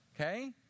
okay